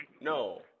No